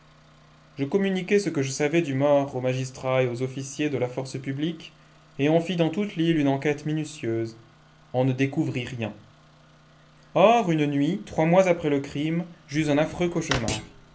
je communiquai ce que je savais du mort aux magistrats et aux officiers de la force publique et on fit dans toute l'île une enquête minutieuse on ne découvrit rien or une nuit trois mois après le crime j'eus un afireux cauchemar